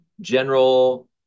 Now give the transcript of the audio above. general